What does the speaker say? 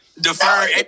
Deferred